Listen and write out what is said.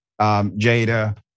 Jada